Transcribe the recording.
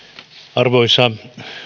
arvoisa